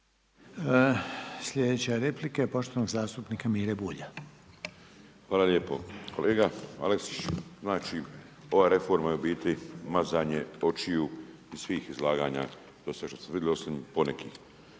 Slijedeća replika je poštovanog zastupnika Mire Bulja. **Bulj, Miro (MOST)** Hvala lijepo. Kolega Aleksić, znači ova reforma je u biti mazanje očiju u svih izlaganja dosad što smo vidjeli osim ponekih.